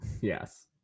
Yes